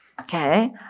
Okay